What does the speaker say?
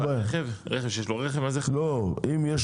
רכב --- לא, אם יש